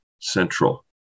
central